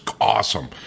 awesome